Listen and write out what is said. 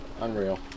unreal